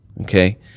Okay